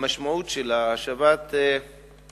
המשמעות שלה היא השבת הנחות